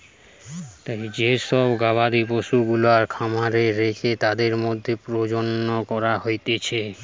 যে সব গবাদি পশুগুলাকে খামারে রেখে তাদের মধ্যে প্রজনন করা হতিছে